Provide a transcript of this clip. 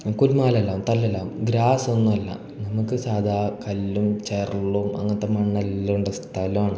കുൽമാലെല്ലാമാകും തല്ലെല്ലാമാകും ഗ്രാസൊന്നുമല്ല നമുക്ക് സാധാ കല്ലും ചരലും അങ്ങനത്തെ മണ്ണെല്ലാം ഉള്ള സ്ഥലമാണ്